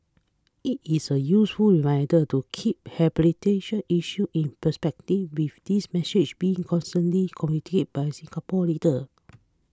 it is a useful reminder to keep issues in perspective with this message being consistently communicated by Singapore leaders